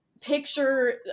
picture